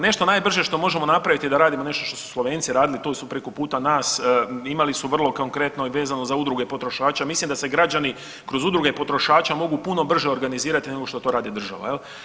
Nešto najbrže što možemo napravit je da radimo nešto što su Slovenci radili, tu su preko puta nas, imali su vrlo konkretno i vezano za udruge potrošača, mislim da se građani kroz udruge potrošača mogu puno brže organizirati nego što to radi država jel.